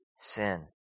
sin